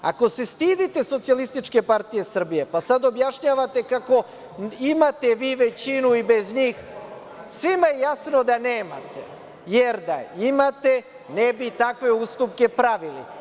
Ako se stidite SPS, pa sada objašnjavate kako imate vi većinu i bez njih, svima je jasno da nemate, jer da imate ne bi takve ustupke pravili.